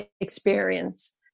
experience